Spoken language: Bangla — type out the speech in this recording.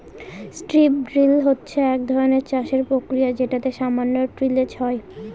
স্ট্রিপ ড্রিল হচ্ছে এক ধরনের চাষের প্রক্রিয়া যেটাতে সামান্য টিলেজ হয়